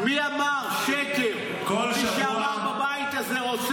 מי אמר בבית הזה?